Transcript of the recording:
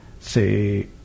Say